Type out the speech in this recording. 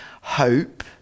hope